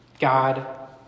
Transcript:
God